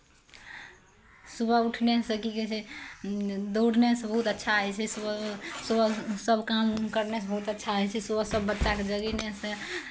सुबह उठनेसँ की कहै छै दौड़नेसँ बहुत अच्छा होइ छै सुबह सुबह सभ काम करनेसँ बहुत अच्छा होइ छै सुबह सबबच्चाकेँ जगेनेसँ